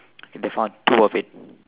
they found two of it